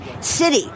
city